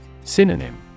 Synonym